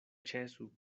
ĉesu